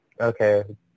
Okay